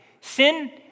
Sin